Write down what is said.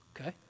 Okay